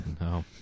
No